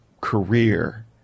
career